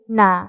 na